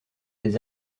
des